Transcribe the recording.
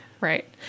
Right